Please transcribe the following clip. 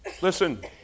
Listen